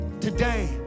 Today